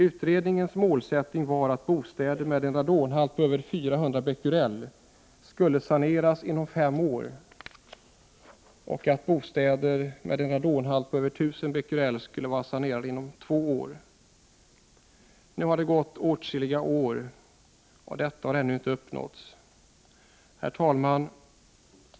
Utredningens målsättning var att bostäder med en radonhalt på över 400 Bq skulle saneras inom fem år och att bostäder med en radonhalt på över 1 000 Bq skulle vara sanerade inom två år. Nu har det gått åtskilliga år, och detta har ännu inte uppnåtts. Herr talman!